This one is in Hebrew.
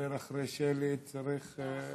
לדבר אחרי שלי, צריך, נכון,